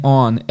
on